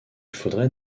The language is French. faudrait